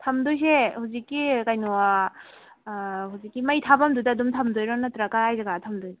ꯊꯝꯗꯣꯏꯁꯦ ꯍꯧꯖꯤꯛꯀꯤ ꯀꯩꯅꯣ ꯍꯧꯖꯤꯛꯀꯤ ꯃꯩ ꯊꯥꯕꯝꯗꯨꯗ ꯑꯗꯨꯝ ꯊꯝꯗꯣꯏꯔꯥ ꯅꯠꯇ꯭ꯔ ꯀꯗꯥꯏ ꯖꯒꯥꯗ ꯊꯝꯗꯣꯏꯅꯣ